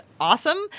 awesome